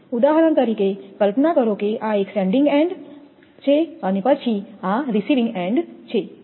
ઉદાહરણ તરીકે કલ્પના કરો કે આ એક સેન્ડિંગ એન્ડ મોકલેલો અંત છે પછી આ રીસીવિંગ એન્ડ પ્રાપ્ત કરવાનો અંત છે